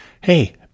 hey